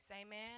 amen